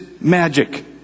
magic